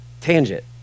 Tangent